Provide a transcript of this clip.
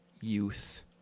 youth